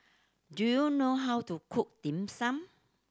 do you know how to cook Dim Sum